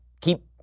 keep